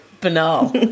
banal